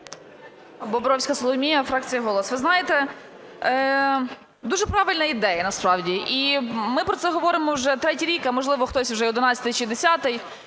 Бобровська Соломія, фракція "Голос". Ви знаєте, дуже правильна ідея насправді і ми про це говоримо вже третій рік, а можливо, хтось уже одинадцятий